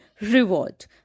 reward